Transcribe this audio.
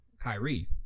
Kyrie